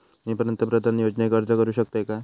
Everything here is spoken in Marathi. मी पंतप्रधान योजनेक अर्ज करू शकतय काय?